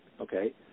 Okay